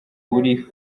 buri